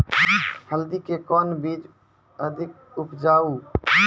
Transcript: हल्दी के कौन बीज अधिक उपजाऊ?